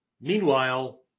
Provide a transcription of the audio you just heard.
Meanwhile